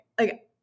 okay